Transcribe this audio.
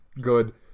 good